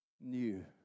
new